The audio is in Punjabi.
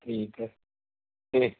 ਠੀਕ ਹੈ ਅਤੇ